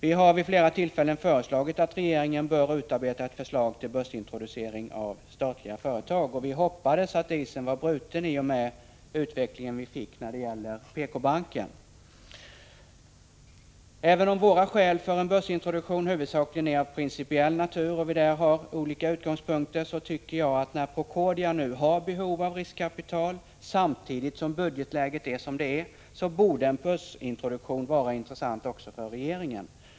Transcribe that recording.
Vi har vid flera tillfällen föreslagit regeringen att utarbeta ett förslag till börsintroducering av statliga företag. Jag hoppades att isen var bruten i och med utvecklingen när det gäller PK-banken. Även om våra skäl för en börsintroduktion huvudsakligen är av principiell natur och vi där har olika utgångspunkter, tycker jag att när Procordia nu har behov av riskkapital samtidigt som budgetläget är som det är borde en börsintroduktion vara intressant också för regeringen.